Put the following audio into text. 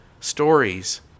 stories